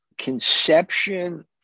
conception